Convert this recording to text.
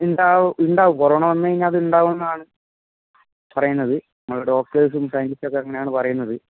ഉണ്ടാവും ഉണ്ടാവും കൊറോണ വന്നഴിഞ്ഞാല് അതുണ്ടാവുമെന്നാണ് പറയുന്നത് അത് ഡോക്ടേർസും സൈന്റിസ്റ്റൊക്കെ അങ്ങനെയാണു പറയുന്നത്